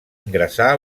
ingressar